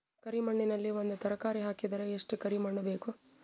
ಕರಿ ಮಣ್ಣಿನಲ್ಲಿ ಒಂದ ತರಕಾರಿ ಹಾಕಿದರ ಎಷ್ಟ ಕರಿ ಮಣ್ಣು ಬೇಕು?